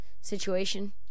situation